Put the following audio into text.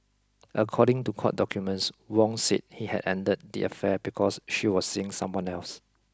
according to court documents Wong said he had ended the affair because she was seeing someone else